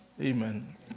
Amen